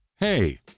Hey